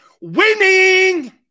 Winning